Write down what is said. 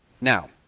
Now